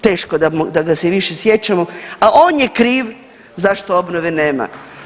Teško da ga se više sjećamo, a on je kriv zašto obnove nema.